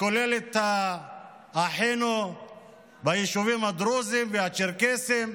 כולל את אחינו ביישובים הדרוזיים והצ'רקסיים,